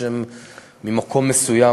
מפני שהם ממקום מסוים,